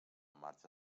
marxa